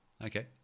Okay